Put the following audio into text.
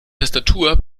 tastatur